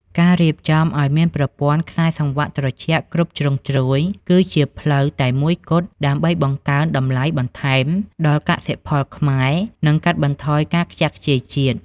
ការរៀបចំឱ្យមានប្រព័ន្ធខ្សែសង្វាក់ត្រជាក់គ្រប់ជ្រុងជ្រោយ គឺជាផ្លូវតែមួយគត់ដើម្បីបង្កើនតម្លៃបន្ថែមដល់កសិផលខ្មែរ និងកាត់បន្ថយការខ្ជះខ្ជាយជាតិ។